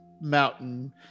mountain